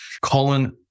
Colin